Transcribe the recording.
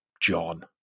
John